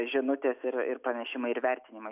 žinutės ir ir pranešimai ir vertinimai